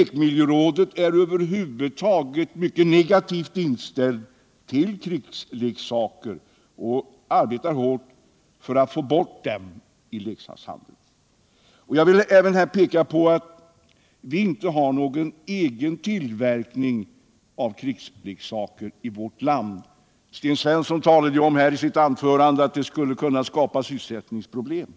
Lekmiljörådet är över huvud taget mycket negativt inställt till krigsleksaker och arbetar hårt för att få bort dem ur leksakshandeln. Jag vill här peka på att vi inte har någon egen tillverkning av krigsleksaker i vårt land. Sten Svensson talade ju i sitt anförande här om att ett förbud skulle kunna skapa sysselsättningsproblem